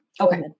okay